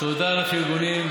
תודה על הפרגונים.